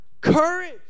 Courage